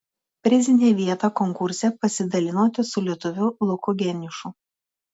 prizinę vietą konkurse pasidalinote su lietuviu luku geniušu